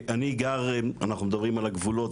אנחנו מדברים על הגבולות,